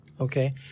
Okay